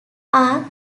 are